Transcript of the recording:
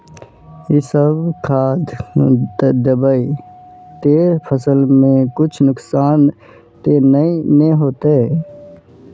इ सब जे खाद दबे ते फसल में कुछ नुकसान ते नय ने होते